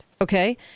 Okay